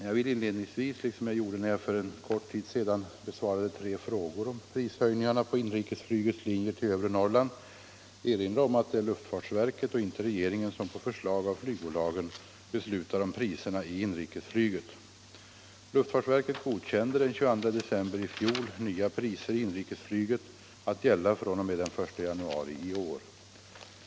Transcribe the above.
Jag vill inledningsvis, liksom jag gjorde när jag för en kort tid sedan besvarade tre frågor om prishöjningarna på inrikesflygets linjer till övre Norrland, erinra om att det är luftfartsverket och inte regeringen som på förslag av flygbolagen beslutar om priserna i inrikesflyget. Luftfartsverket godkände den 22 december i fjol nya priser i inrikesflyget att gälla fr.o.m. den 1 januari i år.